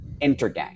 Intergang